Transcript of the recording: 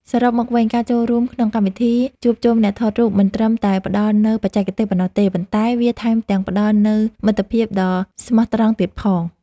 សរុបមកវិញការចូលរួមក្នុងកម្មវិធីជួបជុំអ្នកថតរូបមិនត្រឹមតែផ្តល់នូវបច្ចេកទេសប៉ុណ្ណោះទេ ប៉ុន្តែ វាថែមទាំងផ្តល់នូវមិត្តភាពដ៏ស្មោះត្រង់ទៀតផង។